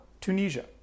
Tunisia